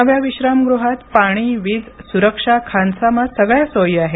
नव्या विश्रामगृहात पाणी वीज सुरक्षा खानसामा सगळ्या सोयी आहेत